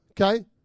Okay